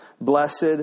Blessed